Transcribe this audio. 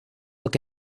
look